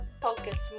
focus